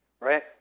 right